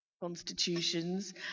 constitutions